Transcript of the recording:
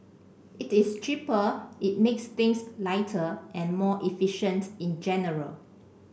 it is cheaper it makes things lighter and more efficient in general